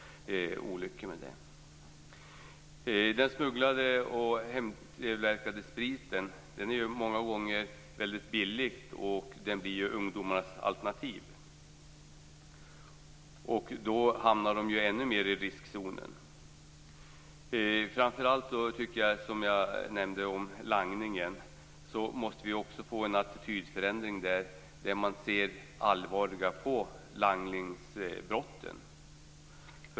Den smugglade och hemtillverkade spriten är ju många gånger väldigt billig och blir därför ungdomarnas alternativ. Det gör att de hamnar ännu mer i riskzonen. Framför allt måste vi få en attitydförändring vad gäller langningen, så att man ser allvarligare på langningsbrotten.